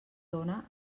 dóna